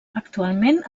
actualment